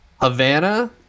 Havana